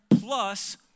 plus